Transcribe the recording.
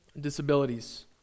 disabilities